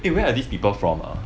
eh where are these people from ah